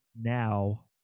Now